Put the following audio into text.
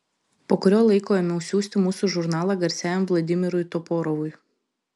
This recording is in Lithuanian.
po kurio laiko ėmiau siųsti mūsų žurnalą garsiajam vladimirui toporovui